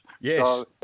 Yes